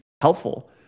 helpful